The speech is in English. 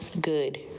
good